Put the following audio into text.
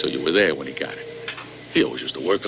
so you were there when you feel used to work